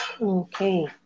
Okay